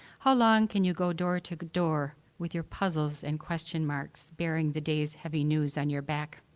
how long can you go door to door with your puzzles and question marks, bearing the day's heavy news on your back?